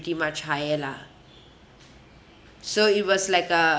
pretty much higher lah so it was like a